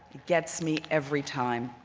gets me every time.